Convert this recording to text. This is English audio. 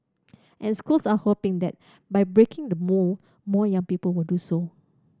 and schools are hoping that by breaking the mould more young people will do so